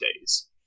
days